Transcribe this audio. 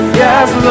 yes